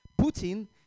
Putin